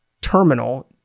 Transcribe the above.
terminal